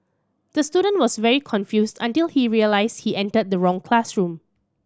the student was very confused until he realised he entered the wrong classroom